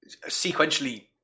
sequentially